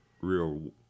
real